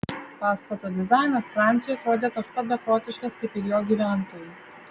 pastato dizainas franciui atrodė toks pat beprotiškas kaip ir jo gyventojai